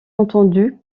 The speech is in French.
entendu